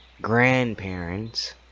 grandparents